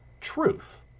truth